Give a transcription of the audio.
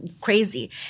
crazy